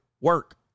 work